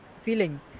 feeling